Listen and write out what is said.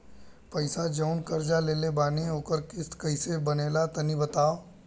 पैसा जऊन कर्जा लेले बानी ओकर किश्त कइसे बनेला तनी बताव?